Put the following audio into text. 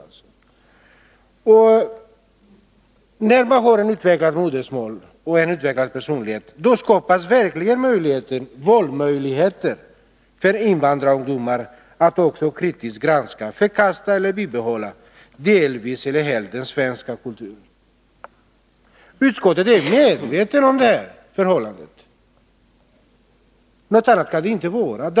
När invandrarungdomarna fått ett utvecklat modersmål och en utvecklad personlighet har de verkliga valmöjligheter att kritiskt granska, förkasta eller bibehålla — delvis eller helt — den svenska kulturen. Utskottet är medvetet om detta förhållande. Något annat kan inte vara möjligt.